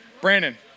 Brandon